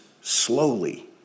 slowly